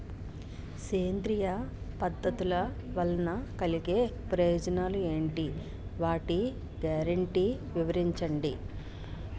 సేంద్రీయ పద్ధతుల వలన కలిగే ప్రయోజనాలు ఎంటి? వాటి గ్యారంటీ వివరించండి?